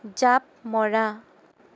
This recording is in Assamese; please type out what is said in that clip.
জাপ মৰা